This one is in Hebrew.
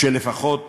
שלפחות